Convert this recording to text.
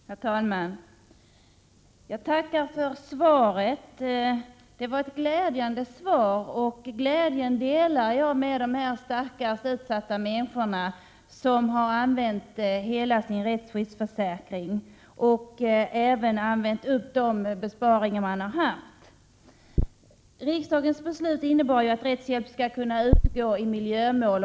Herr talman! Jag tackar för svaret. Det var ett glädjande svar. Jag delar glädjen med de stackars utsatta människor som har använt hela sin rättsskyddsförsäkring och sina besparingar. Riksdagens beslut innebar ju att rättshjälp skall kunna utgå i miljömål.